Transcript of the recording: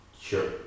sure